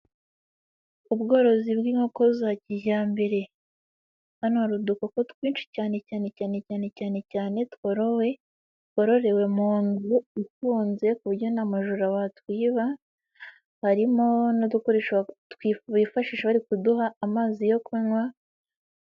Ubworozi bw'inkoko za kijyambere hano hari udukoko twinshi cyane cyane cyane cyane cyane cyane twororewe mu nzu ifunze ku buryo nta mujura watwiba harimo n'udukoresho bifashisha bari kuduha amazi yo kunywa.